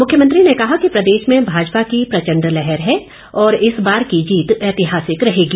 मुख्यमंत्री ने कहा कि प्रदेश में भाजपा की प्रचंड लहर है और इस बार की जीत ऐतिहासिक रहेगी